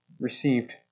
received